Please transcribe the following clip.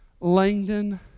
Langdon